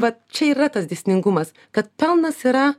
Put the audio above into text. vat čia yra tas dėsningumas kad pelnas yra